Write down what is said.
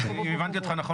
אם הבנתי אותך נכון,